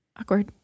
Awkward